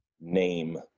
name